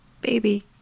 baby